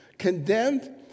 condemned